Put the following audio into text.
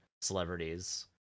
celebrities